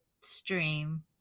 Stream